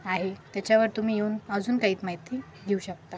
आहे त्याच्यावर तुम्ही येऊन अजून काही माहिती घेऊ शकता